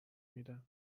میدن